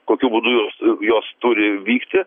kokiu būdu jos turi vykti